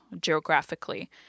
geographically